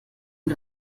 nur